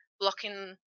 blocking